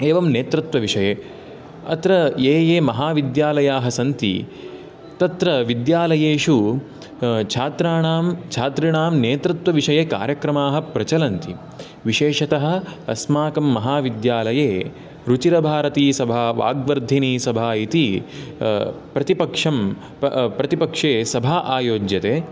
एवं नेतृत्वविषये अत्र ये ये महाविद्यालयाः सन्ति तत्र विद्यालयेषु छात्राणां छात्रिणां नेतृत्वविषये कार्यक्रमाः प्रचलन्ति विशेषतः अस्माकं महाविद्यालये रुचिरभारतीसभा वाग्वर्धिनीसभा इति प्रतिपक्षं प्रतिपक्षे सभा आयोज्यते